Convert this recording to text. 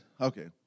Okay